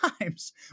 times